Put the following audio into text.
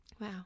Wow